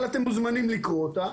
אבל אתם מוזמנים לקרוא אותה.